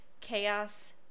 chaos